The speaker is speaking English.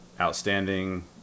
outstanding